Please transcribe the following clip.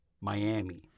Miami